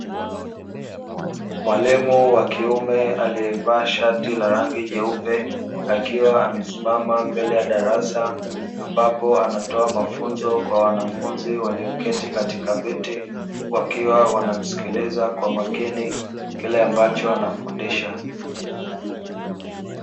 Mwalimu wa kiume anayevaa shati la rangi nyeupe akiwa amesimama mbele ya darasa ambapo anatoa mafunzo kwa wanafunzi walioketi katika viti, wakiwa wanamsikiliza kwa makini kile ambacho anafundisha.